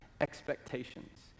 expectations